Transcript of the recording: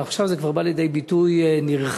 אבל עכשיו זה כבר בא לידי ביטוי נרחב.